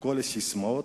מכל הססמאות.